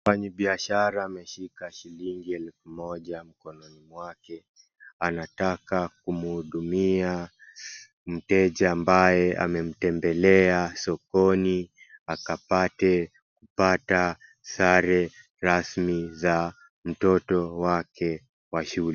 Mfanyi biashara ameshika shilingi elfu moja mkononi mwake anataka kumhudumia mteja ambaye amemtembelea sokoni akapate kupata sare rasmi za mtoto wake wa shule.